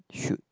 should